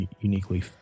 uniquely